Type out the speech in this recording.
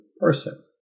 person